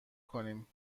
کنیم